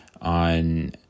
on